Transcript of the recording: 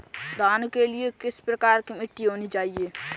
धान के लिए किस प्रकार की मिट्टी होनी चाहिए?